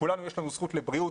כולנו, יש לנו זכות לבריאות.